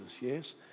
yes